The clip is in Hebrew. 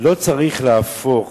לא צריך להפוך